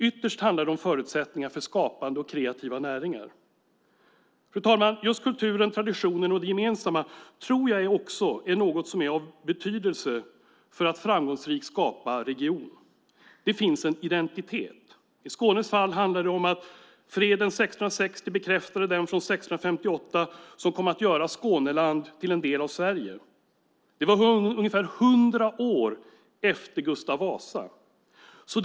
Ytterst handlar det om förutsättningar för skapande och kreativa näringar. Fru talman! Just kulturen, traditionen och det gemensamma tror jag också är något som har betydelse för en framgångsrik region. Det finns en identitet. I Skånes fall handlar det om att freden 1660 bekräftade den från 1658 som kom att göra Skåneland till en del av Sverige. Det var ungefär 100 år efter Gustav Vasa.